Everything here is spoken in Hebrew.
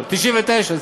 1999,